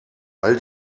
all